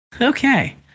Okay